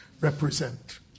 represent